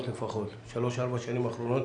בשלוש-ארבע השנים האחרונות,